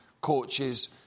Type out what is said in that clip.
coaches